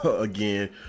again